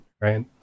right